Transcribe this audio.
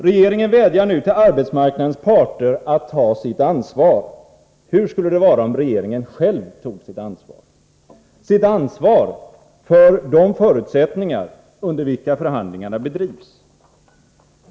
Regeringen vädjar nu till arbetsmarknadens parter att ta sitt ansvar. Hur skulle det vara om regeringen själv tog sitt ansvar — sitt ansvar för de förutsättningar under vilka förhandlingarna bedrivs?